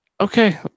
Okay